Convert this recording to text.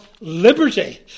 liberty